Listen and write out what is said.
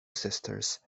sisters